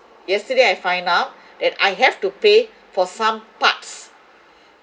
yesterday I find out that I have to pay for some parts